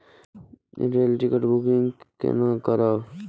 Rail ticket booking कोना करब?